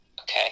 Okay